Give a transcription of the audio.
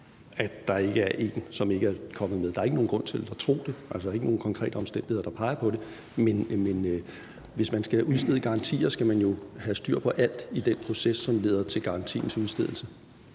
at der ikke er en, som ikke er kommet med. Der er ikke nogen grund til at tro det, altså der er ikke nogen konkrete omstændigheder, der peger på det, men hvis man skal udstede garantier, skal man jo have styr på alt i den proces, som leder til garantiens udstedelse.